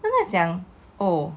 then 我在想 oh